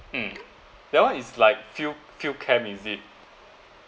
mm that one is like field field camp is it